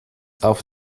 auf